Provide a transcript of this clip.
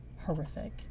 horrific